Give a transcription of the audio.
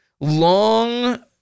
long